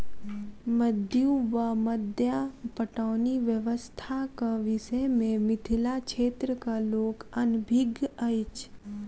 मद्दु वा मद्दा पटौनी व्यवस्थाक विषय मे मिथिला क्षेत्रक लोक अनभिज्ञ अछि